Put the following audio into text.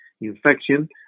infection